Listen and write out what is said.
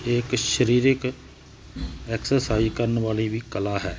ਇਕ ਸਰੀਰਿਕ ਐਕਸਰਸਾਈਜ਼ ਕਰਨ ਵਾਲੀ ਵੀ ਕਲਾ ਹੈ